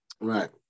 right